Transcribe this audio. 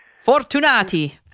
Fortunati